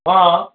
अँ